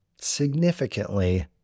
significantly